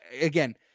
again